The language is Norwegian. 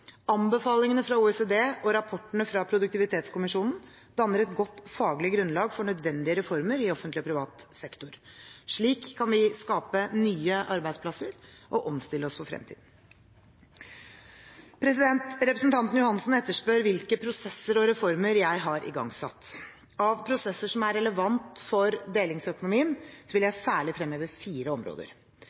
Anbefalingene fra OECD og rapportene fra Produktivitetskommisjonen danner et godt faglig grunnlag for nødvendige reformer i offentlig og privat sektor. Slik kan vi skape nye arbeidsplasser og omstille oss for fremtiden. Representanten Johansen etterspør hvilke prosesser og reformer jeg har igangsatt. Av prosesser som er relevante for delingsøkonomien, vil jeg særlig fremheve fire områder.